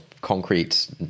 concrete